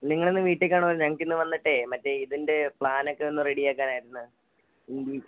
നിങ്ങളിന്ന് വീട്ടിലേക്കാണോ ഞങ്ങൾക്കിന്ന് വന്നിട്ടേ മറ്റേതിന്റെ പ്ലാനൊക്കെയൊന്ന് റെഡിയാക്കാനായിരുന്നു സീലിങ്ങ്